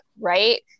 Right